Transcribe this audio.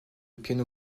piano